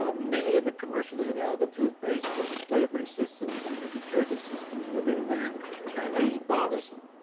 ah many of the commercially available toothpastes with the flavoring systems and the detergent systems within them can be bothersome.